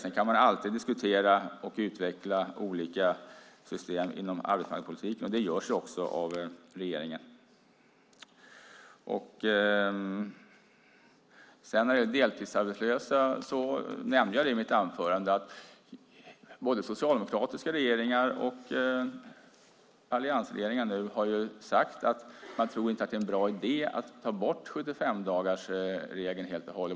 Sedan kan man alltid diskutera och utveckla olika system inom arbetsmarknadspolitiken, och det görs också av regeringen. När det gäller deltidsarbetslösa nämnde jag i mitt anförande att både socialdemokratiska regeringar och nu alliansregeringen har sagt att man inte tror att det är en bra idé att ta bort 75-dagarsregeln helt och hållet.